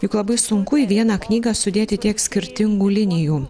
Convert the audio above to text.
juk labai sunku į vieną knygą sudėti tiek skirtingų linijų